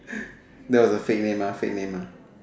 no no the fake name mah fake name mah